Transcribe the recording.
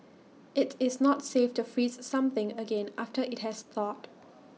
IT is not safe to freeze something again after IT has thawed